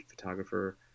photographer